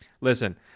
Listen